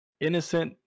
innocent